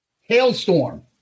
Hailstorm